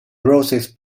roses